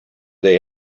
they